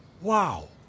Wow